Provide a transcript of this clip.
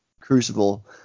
Crucible